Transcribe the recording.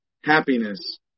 Happiness